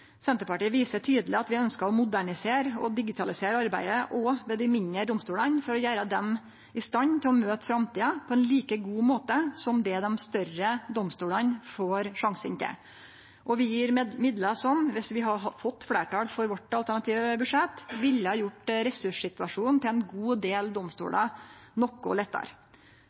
Senterpartiet viser tydeleg at vi ønskjer å modernisere og digitalisere arbeidet også ved dei mindre domstolane for å gjere dei i stand til å møte framtida på ein like god måte som det dei større domstolane får sjansen til. Og vi gjev midlar som – viss vi hadde fått fleirtal for vårt alternative budsjett – ville ha gjort ressurssituasjonen til ein god del domstolar noko lettare.